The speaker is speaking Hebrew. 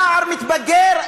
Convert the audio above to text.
נער מתבגר,